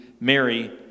Mary